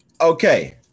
Okay